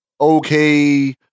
okay